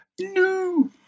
No